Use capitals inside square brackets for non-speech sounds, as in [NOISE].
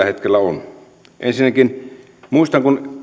[UNINTELLIGIBLE] ei ole ensinnäkin muistan kun [UNINTELLIGIBLE]